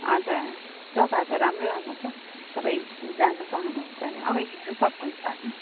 हजर जग्गाहरू त राम्रो राम्रो छ तपाईँ हिन् जानु चाहनुहुन्छ भने तपाईँ हिँड्नु सक्नुहुन्छ भने